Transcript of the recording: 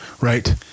Right